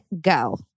go